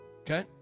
Okay